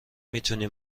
میتونی